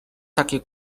takie